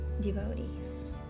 devotees